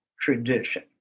tradition